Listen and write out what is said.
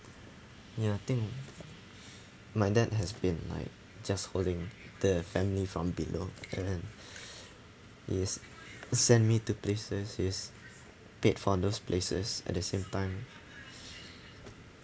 ya I think my dad has been like just holding the family from below and then he's sent me to places he's paid for those places at the same time